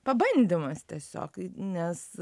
pabandymas tiesiog nes